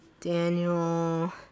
Daniel